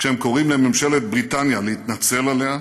כשהם קוראים לממשלת בריטניה להתנצל עליה,